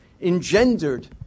engendered